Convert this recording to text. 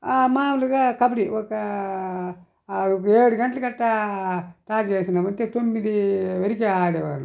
మామూలుగా కబడి ఒక ఏడు గంటలకు అట్ట స్టార్ట్ చేసినామంటే తొమ్మిది వరకు ఆడే వాళ్ళం